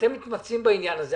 אתם מתמצאים בעניין הזה,